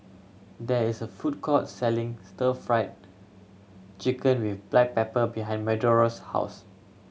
there is a food court selling Stir Fry Chicken with black pepper behind Medora's house